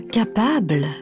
capable